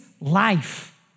life